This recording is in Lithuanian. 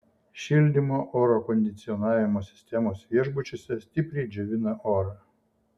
šildymo oro kondicionavimo sistemos viešbučiuose stipriai džiovina orą